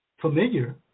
familiar